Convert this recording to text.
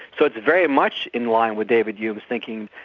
so it's very much in line with david hume s thinking.